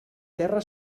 terra